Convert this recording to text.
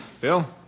Bill